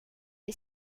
the